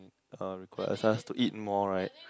uh requires us to eat more right